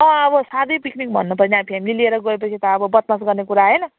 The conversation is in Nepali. अँ अब पिकनिक भन्नु त अब फेमिली लिएर गएपछि त अब बदमास गर्ने कुरा आएन